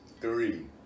three